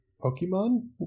Pokemon